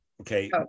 okay